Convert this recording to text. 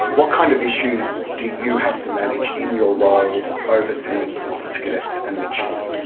what kind of issues do you have to manage in your role overseeing officer cadets and midshipmen?